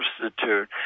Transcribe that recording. substitute